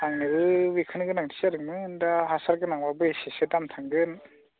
आंनोबो बेखौनो गोनांथि जादोंमोन दा हासार गोनांबा बेसेसो दाम थांगोन